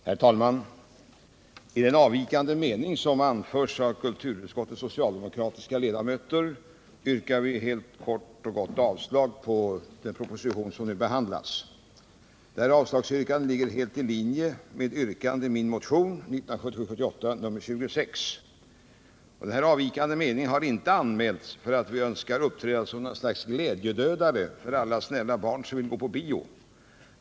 Herr talman! I den avvikande mening som anförs av kulturutskottets socialdemokratiska ledamöter yrkar vi helt kort avslag på den proposition som nu behandlas. Avslagsyrkandet ligger helt i linje med yrkandet i min motion 1977/78:26. Denna avvikande mening har inte anmälts för att vi önskar uppträda som några glädjedödare för alla snälla barn som vill gå på bio.